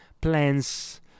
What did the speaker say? plans